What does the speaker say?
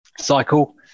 cycle